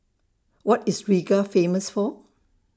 What IS Riga Famous For